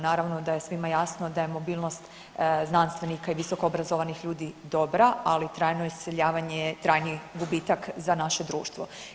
Naravno da je svima jasno da je mobilnost znanstvenika i visoko obrazovanih ljudi dobra, ali trajno iseljavanje je trajni gubitak za naše društvo.